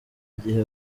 gihe